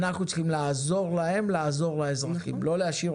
אנחנו צריכים לעזור להם לעזור לאזרחים,